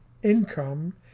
Income